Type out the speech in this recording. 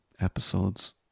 episodes